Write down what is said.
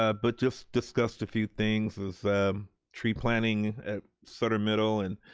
ah but just discussed a few things as tree-planting at sutter middle and